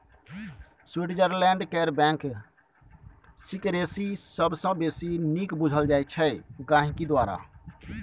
Switzerland केर bank secrecy सबसँ बेसी नीक बुझल जाइ छै गांहिकी द्वारा